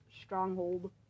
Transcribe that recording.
stronghold